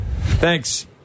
Thanks